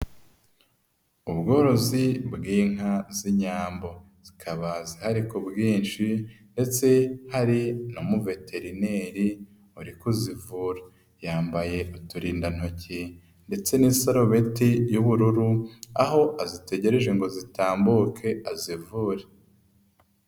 Ubworozi bw'inka z'inyambo. Zikaba zihari ku bwinshi ndetse hari n'umuveterineri uri kuzivura. Yambaye uturindantoki ndetse n'isarubeti y'ubururu, aho azitegereje ngo zitambuke azivure.